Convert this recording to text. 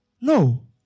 No